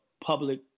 public